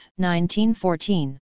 1914